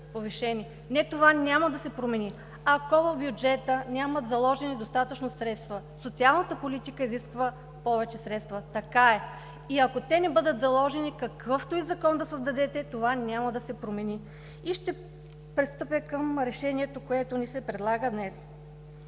Не, това няма да се промени, ако в бюджета няма заложени достатъчно средства. Социалната политика изисква повече средства – така е. И ако те не бъдат заложени, какъвто и закон да създадете, това няма да се промени. Ще пристъпя към решението, което ни се предлага днес.